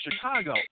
Chicago